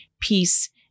peace